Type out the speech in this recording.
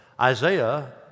Isaiah